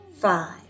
five